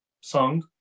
song